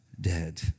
dead